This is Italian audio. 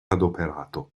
adoperato